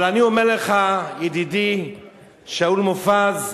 אבל אני אומר לך, ידידי שאול מופז,